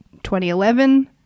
2011